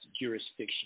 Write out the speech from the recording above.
jurisdiction